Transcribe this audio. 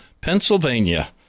Pennsylvania